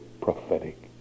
prophetic